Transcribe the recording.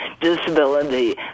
Disability